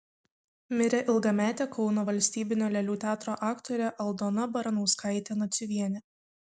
mirė ilgametė kauno valstybinio lėlių teatro aktorė aldona baranauskaitė naciuvienė